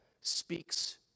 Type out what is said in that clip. speaks